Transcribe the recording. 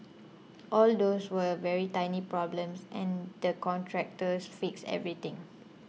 all those were very tiny problems and the contractors fixed everything